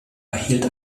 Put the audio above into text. erhielt